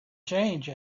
change